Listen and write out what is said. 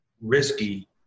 risky